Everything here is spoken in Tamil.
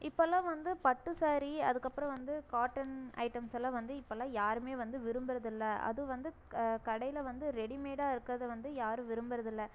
இப்போல்லாம் வந்து பட்டு சாரீ அதுக்கு அப்புறம் வந்து காட்டன் ஐட்டம்ஸலாம் வந்து இப்போல்லாம் யாருமே வந்து விரும்புகிறது இல்லை அது வந்து க கடையில் வந்து ரெடிமேடாக இருக்கிறத வந்து யாரும் விரும்புகிறது இல்லை